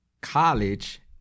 college